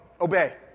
obey